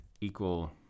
equal